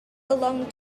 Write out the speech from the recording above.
belonged